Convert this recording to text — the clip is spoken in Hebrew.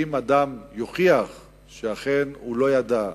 שאם אדם יוכיח שאכן הוא לא ידע,